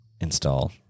Install